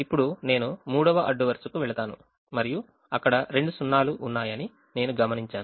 ఇప్పుడు నేను 3వ అడ్డు వరుసకు వెళ్తాను మరియు అక్కడ రెండు సున్నాలు ఉన్నాయని నేను గమనించాను